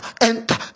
enter